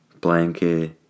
blanket